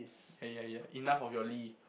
yeah yeah yeah enough of your Lee